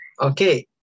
Okay